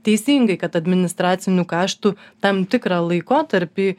teisingai kad administracinių kaštų tam tikrą laikotarpį